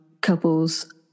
couples